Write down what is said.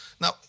Now